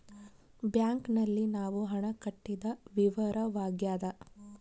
bank ನಲ್ಲಿ ನಾವು ಹಣ ಕಟ್ಟಿದ ವಿವರವಾಗ್ಯಾದ